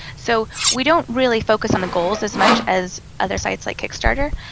so we don't really focus on the goals as much as other sites like kickstarter,